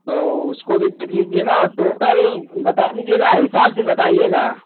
तो उसको भी देख लीजिएगा और टोटल बता दीजिएगा हिसाब से बताइएगा